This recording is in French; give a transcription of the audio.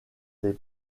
des